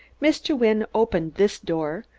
mr. wynne opened this door,